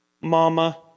Mama